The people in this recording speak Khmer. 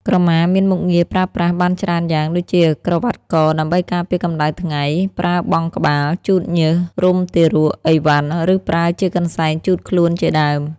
ក្រមាមានមុខងារប្រើប្រាស់បានច្រើនយ៉ាងដូចជា ក្រវាត់កដើម្បីការពារកម្ដៅថ្ងៃ ប្រើបង់ក្បាល ជូតញើស រុំទារក អីវ៉ាន់ ឫប្រើជាកន្សែងជូតខ្លួនជាដើម។